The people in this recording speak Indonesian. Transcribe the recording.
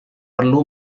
perlu